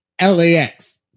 LAX